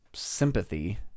sympathy